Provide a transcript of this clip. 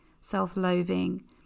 self-loathing